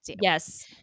Yes